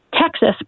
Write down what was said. texas